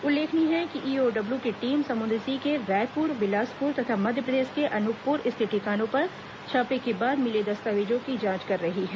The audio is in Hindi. उल्लेखनीय है कि ईओडब्ल्यू की टीम समुन्द्र सिंह के रायपुर और बिलासपुर तथा मध्यप्रदेश के अनूपपुर स्थित ठिकानों पर छापे के बाद मिले दस्तावेजों की जांच कर रही है